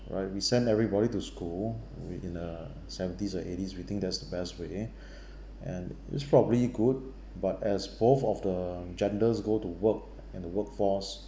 right we sent everybody to school with in the seventies or eighties we think that's the best way and which probably good but as both of the genders go to work and the work force